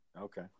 Okay